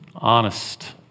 Honest